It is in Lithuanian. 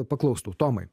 paklaustų tomai